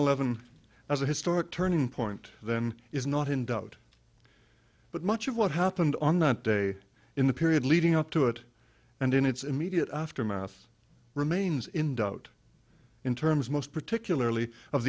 eleven as a historic turning point than is not in doubt but much of what happened on that day in the period leading up to it and in its immediate aftermath remains in doubt in terms most particularly of